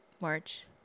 March